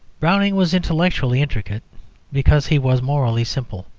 browning was intellectually intricate because he was morally simple.